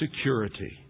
security